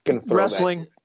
wrestling